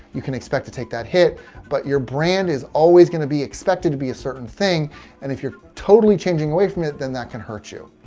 you can expect to take that hit but your brand is always going to be expected to be a certain thing and if you're totally changing away from it, then that can hurt you.